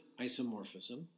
isomorphism